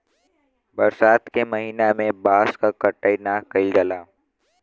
बरसात के महिना में बांस क कटाई ना कइल जाला